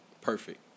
perfect